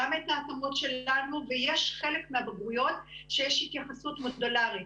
גם את ההתאמות שלנו ויש חלק מהבגרויות שיש התייחסות מודולרית,